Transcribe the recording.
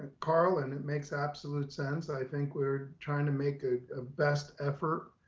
carl, and it makes absolute sense. i think we're trying to make ah a best effort.